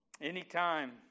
Anytime